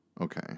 Okay